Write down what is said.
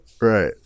Right